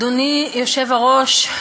אדוני היושב-ראש,